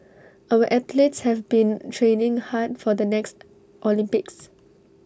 our athletes have been training hard for the next Olympics